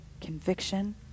conviction